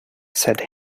said